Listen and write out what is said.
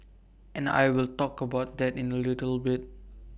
and I will talk about that in A little bit